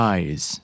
Eyes